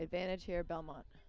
advantage here belmont